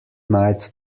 night